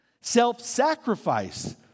self-sacrifice